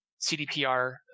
CDPR